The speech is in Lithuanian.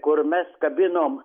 kur mes kabinom